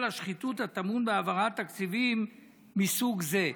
השחיתות הטמון בהעברות תקציביות מסוג זה".